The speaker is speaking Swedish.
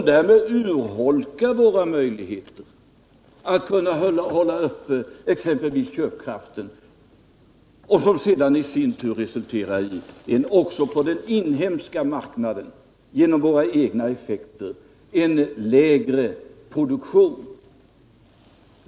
Därmed urholkas våra möjligheter att hålla uppe exempelvis köpkraften, vilket i sin tur på den inhemska marknaden resulterar i en lägre produktion.